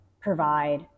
provide